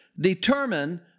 determine